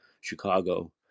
Chicago